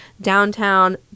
Downtown